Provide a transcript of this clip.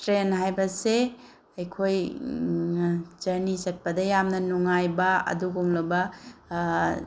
train ꯍꯥꯏꯕꯁꯦ ꯑꯩꯈꯣꯏ journey ꯆꯠꯄꯗ ꯌꯥꯝꯅ ꯅꯨꯡꯉꯥꯏꯕ ꯑꯗꯨꯒꯨꯝꯂꯕ